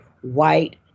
white